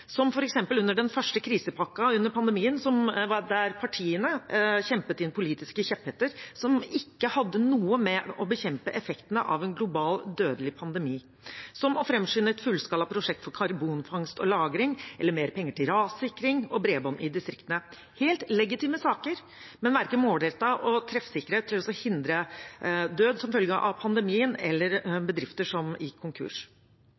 som f.eks. under den første krisepakken under pandemien, der partiene kjempet inn politiske kjepphester som ikke hadde noe å gjøre med å bekjempe effektene av en global, dødelig pandemi – som å framskynde et fullskalaprosjekt for karbonfangst og lagring eller mer penger til rassikring og bredbånd i distriktene. Det var helt legitime saker, men de var hverken målrettede eller treffsikre for å hindre død som følge av pandemien eller at bedrifter gikk konkurs.